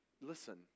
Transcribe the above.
listen